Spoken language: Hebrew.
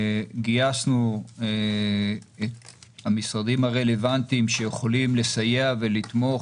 גייסנו את המשרדים הרלוונטיים שיכולים לסייע ולתמוך